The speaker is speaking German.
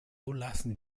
lassen